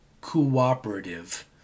cooperative